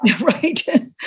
right